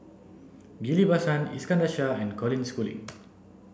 Ghillie Basan Iskandar Shah and Colin Schooling